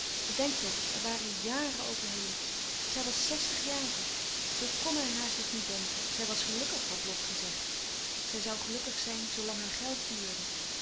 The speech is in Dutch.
bedenk toch er waren jàren overheen zij was zèstig jaren zoo kn hij haar zich niet denken zij was gelukkig had lot gezegd zij zoû gelukkig zijn zoo lang haar geld duurde